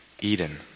Eden